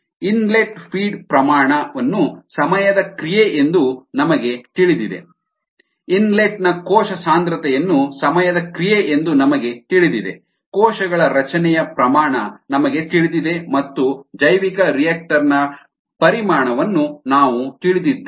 inlet feed ಪ್ರಮಾಣ ಅನ್ನು ಸಮಯದ ಕ್ರಿಯೆಯೆಂದು ನಮಗೆ ತಿಳಿದಿದೆ ಇನ್ಲೆಟ್ ನ ಕೋಶ ಸಾಂದ್ರತೆಯನ್ನು ಸಮಯದ ಕ್ರಿಯೆಯೆಂದು ನಮಗೆ ತಿಳಿದಿದೆ ಕೋಶಗಳ ರಚನೆಯ ಪ್ರಮಾಣ ನಮಗೆ ತಿಳಿದಿದೆ ಮತ್ತು ಜೈವಿಕರಿಯಾಕ್ಟರ್ ನ ಪರಿಮಾಣವನ್ನು ನಾವು ತಿಳಿದಿದ್ದೇವೆ